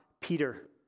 Peter